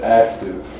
active